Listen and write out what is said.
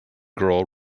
girl